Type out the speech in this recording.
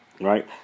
Right